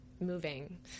moving